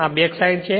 આ back side છે